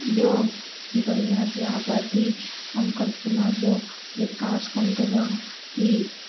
ॿियो दुनिया जी आबादी ऐं कल्पना जो विकास कंदो आहे हीउ